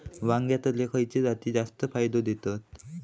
वांग्यातले खयले जाती जास्त फायदो देतत?